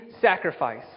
sacrifice